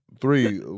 three